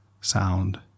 sound